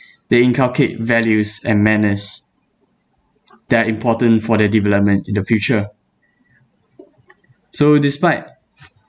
they inculcate values and manners that are important for the development in the future so despite